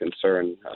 concern